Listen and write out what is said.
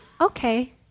Okay